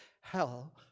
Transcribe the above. Hell